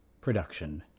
production